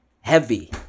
heavy